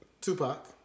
Tupac